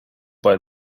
buy